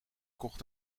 kocht